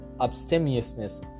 abstemiousness